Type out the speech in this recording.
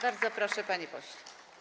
Bardzo proszę, panie pośle.